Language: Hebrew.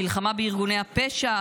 מלחמה בארגוני הפשע,